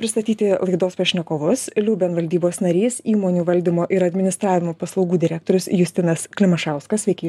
pristatyti laidos pašnekovus liuben valdybos narys įmonių valdymo ir administravimo paslaugų direktorius justinas klimašauskas sveiki